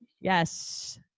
Yes